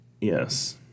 Yes